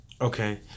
okay